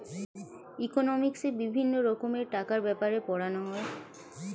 ইকোনমিক্সে বিভিন্ন রকমের টাকার ব্যাপারে পড়ানো হয়